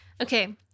okay